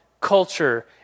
culture